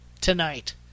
tonight